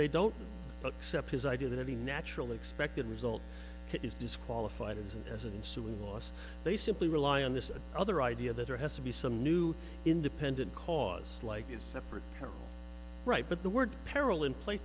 they don't accept his idea that any natural expected result is disqualified as an insulin loss they simply rely on this other idea that there has to be some new independent cause like it's separate or right but the word p